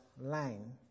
line